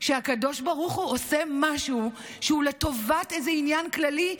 שהקדוש ברוך הוא עושה משהו שהוא לטובת איזה עניין כללי,